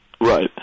Right